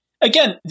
again